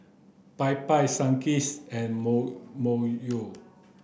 Popeyes Sunkist and Myojo